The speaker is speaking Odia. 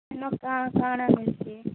ଏନୁ କାଁଣ କାଁଣ ମିଲୁଛି